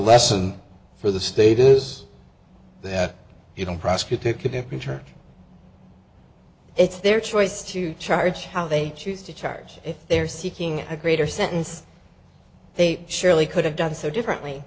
lesson for the state is that you don't prosecute take it to peter it's their choice to charge how they choose to charge if they are seeking a greater sentence they surely could have done so differently